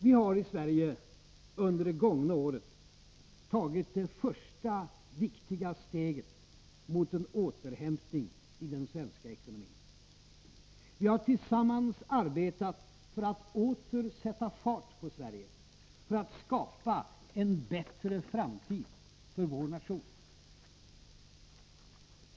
Vi har i Sverige under det gångna året tagit det första viktiga steget mot en återhämtning i den svenska ekonomin. Vi har tillsammans arbetat för att åter sätta fart på Sverige, för att skapa en bättre framtid för vår nation.